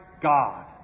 God